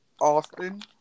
Austin